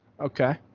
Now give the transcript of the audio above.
Okay